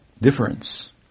difference